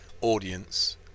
audience